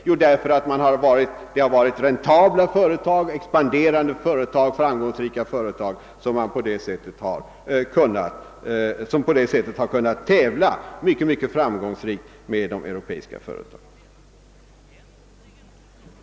Jo, därför att det rört sig om räntabla, expanderande och framgångsrika företag, som också framgångsrikt kunnat tävla med de europeiska företagen på kapitalmarknaden.